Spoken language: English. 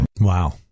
Wow